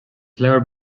leabhar